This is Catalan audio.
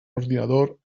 ordinador